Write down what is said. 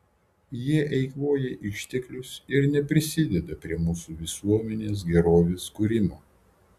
jie eikvoja išteklius ir neprisideda prie mūsų visuomenės gerovės kūrimo